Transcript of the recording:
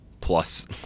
plus